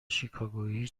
شیکاگویی